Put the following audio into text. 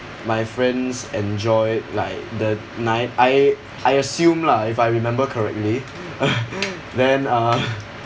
my friends enjoyed like the night I I assume lah if I remember correctly then uh